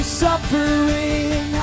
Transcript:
suffering